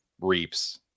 reaps